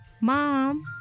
Mom